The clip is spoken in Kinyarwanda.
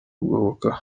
kugoboka